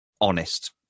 honest